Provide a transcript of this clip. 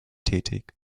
tätig